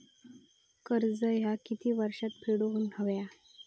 कर्ज ह्या किती वर्षात फेडून हव्या?